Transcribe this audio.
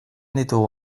ditugu